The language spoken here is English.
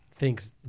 Thinks